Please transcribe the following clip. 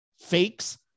fakes